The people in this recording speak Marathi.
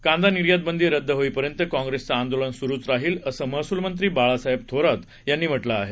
कांदा निर्यात बंदी रद्द होईपर्यंत काँप्रेसचं आंदोलन सुरुच राहिल असं महसूलमंत्री बाळासाहेब थोरात यांनी म्हटलं आहे